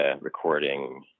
recording